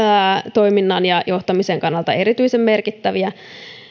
toiminnan ja johtamisen kannalta erityisen merkittäviä